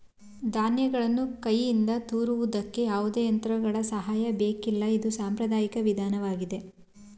ಧಾನ್ಯಗಳನ್ನು ಕೈಯಿಂದ ತೋರುವುದಕ್ಕೆ ಯಾವುದೇ ಯಂತ್ರಗಳ ಸಹಾಯ ಬೇಕಿಲ್ಲ ಇದು ಸಾಂಪ್ರದಾಯಿಕ ವಿಧಾನವಾಗಿದೆ